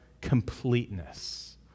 completeness